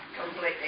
Completely